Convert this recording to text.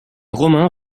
romains